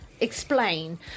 explain